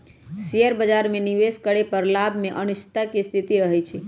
share बाजार में निवेश करे पर लाभ में अनिश्चितता के स्थिति रहइ छइ